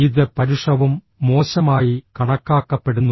ഇത് പരുഷവും മോശമായി കണക്കാക്കപ്പെടുന്നു